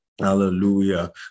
hallelujah